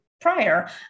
prior